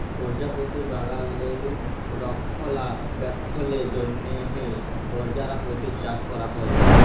পরজাপতি বাগালে রক্ষলাবেক্ষলের জ্যনহ পরজাপতি চাষ ক্যরা হ্যয়